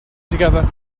together